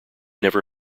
never